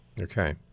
Okay